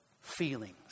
feelings